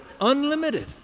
Unlimited